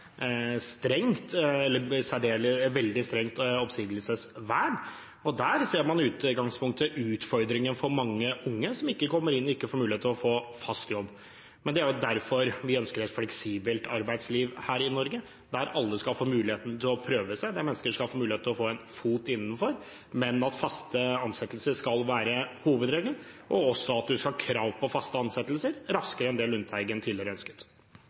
strengt oppsigelsesvern. Der ser man i utgangspunktet utfordringen for mange unge som ikke kommer inn, og ikke får mulighet til å få fast jobb. Det er derfor vi ønsker et fleksibelt arbeidsliv her i Norge, der alle skal få mulighet til å prøve seg, der mennesker skal få mulighet til å få en fot innenfor, men at faste ansettelser skal være hovedregelen, og også at man skal ha krav på fast ansettelse raskere enn det Lundteigen tidligere ønsket.